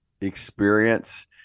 experience